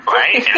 right